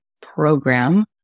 program